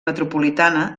metropolitana